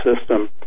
system